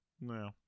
no